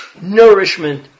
nourishment